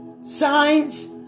Signs